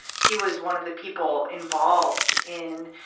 he was one of the people involved in,